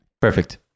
Perfect